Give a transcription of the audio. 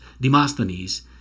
Demosthenes